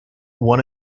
one